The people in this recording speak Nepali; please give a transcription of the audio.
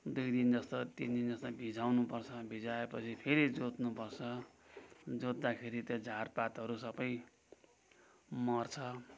दुई दिन जस्तो तिन दिन जस्तो भिजाउनु पर्छ भिजाए पछि फेरि जोत्नुपर्छ जोत्दाखेरि त्यो झारपातहरू सबै मर्छ